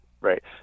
Right